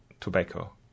tobacco